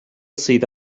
sydd